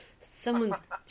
Someone's